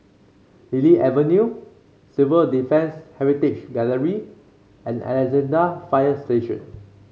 Lily Avenue Civil Defence Heritage Gallery and Alexandra Fire Station